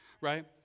right